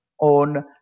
on